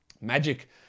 Magic